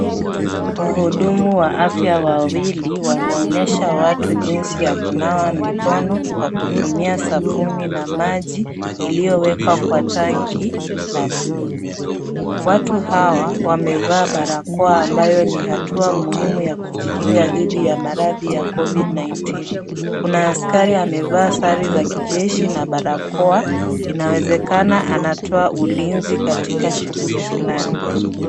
Wahudumu wa afya wawili wanaonyesha watu jinsi ya kunawa mikono kwa kutumia sabuni na maji iliyowekwa kwa tanki la blue . Watu hawa wamevaa barakoa ambayo ni hatua muhimu ya kujikinga dhidi ya maradhi ya Covid 19 . Kuna askari amevaa sare za kijeshi na barakoa. Inawezekana anatoa ulinzi katika shughuli fulani.